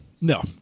No